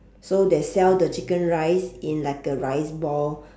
so they sell the chicken rice in like a rice ball